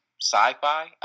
sci-fi